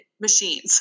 machines